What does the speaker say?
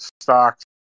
stocks